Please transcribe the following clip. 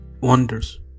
wonders